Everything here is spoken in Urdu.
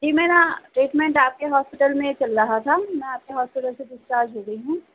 جی میرا ٹریٹمینٹ آپ کے ہاسپٹل میں ہی چل رہا تھا میں آپ کے پاسپٹل سے ڈسچارج ہو گئی ہوں